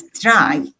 try